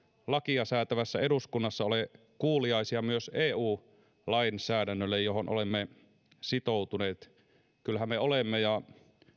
lakia säätävässä eduskunnassa ole kuuliaisia myös eu lainsäädännölle johon olemme sitoutuneet kyllähän me olemme ja